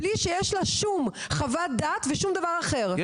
בלי שיש לה שום חוות דעת ושום דבר אחר,